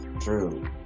True